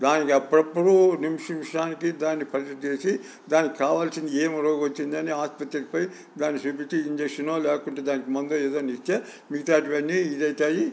దానికి అప్పుడప్పుడు నిమిషం నిమిషానికి దానిని పరీక్ష చేసి దానికి కావలసింది ఏమి రోగం వచ్చిందని ఆసుపత్రికి పోయి దాన్ని చూపించి ఇంజెక్షనో లేకుంటే మందో ఏదైనా ఇస్తే మిగతావి అన్నీ ఇదైతాయి